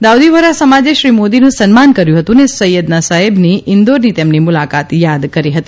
દાઉદીવોરા સમાજે શ્રી મોદીનું સન્માન કર્યુ અને સૈયદના સાહેબની ઈન્દોરની તેમની મુલાકાત યાદ કરી હતી